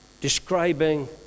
describing